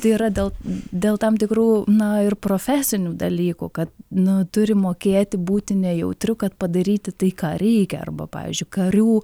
tai yra dėl dėl tam tikrų na ir profesinių dalykų kad nu turi mokėti būti nejautriu kad padaryti tai ką reikia arba pavyzdžiui karių